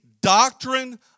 doctrine